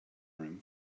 room